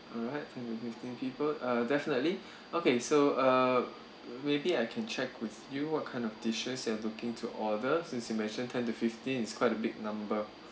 alright ten to fifteen people uh definitely okay so uh maybe I can check with you what kind of dishes and you're looking to order since you mention ten to fifteen is quite a big number